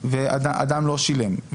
ואדם לא שילם,